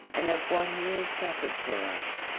and of what he has suffered for us.